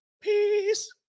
Peace